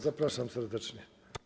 Zapraszam serdecznie.